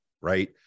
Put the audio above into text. right